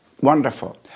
Wonderful